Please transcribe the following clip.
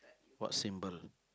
what symbol